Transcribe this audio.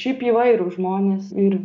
šiaip įvairūs žmonės ir